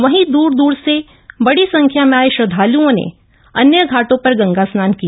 वहीं दर दर से बड़ी संख्या में आये श्रद्धालुओं ने अन्य घाट्टों पर गंगा स्नाम किया